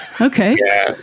Okay